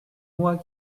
moi